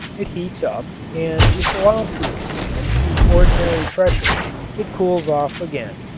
it heats up and if allowed to expand to ordinary pressure it cools off again.